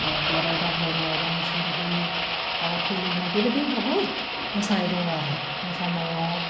गराइ द्राब्रायनाय रोनसोन्द्रि दाउथै लोंनाय बेबायदि बुहुथ मोसानाय दङ आरो मोसानायाव